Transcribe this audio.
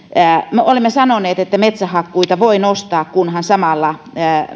me olemme sanoneet että metsähakkuita voi nostaa kunhan samalla